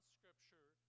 Scripture